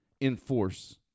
enforce